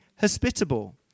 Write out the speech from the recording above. hospitable